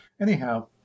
Anyhow